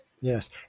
yes